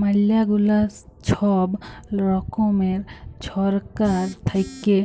ম্যালা গুলা ছব রকমের ছরকার থ্যাইকে